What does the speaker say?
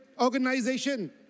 organization